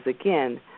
again